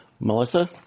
Melissa